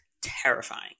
terrifying